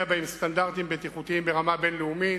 בהן סטנדרטים בטיחותיים ברמה בין-לאומית.